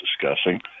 discussing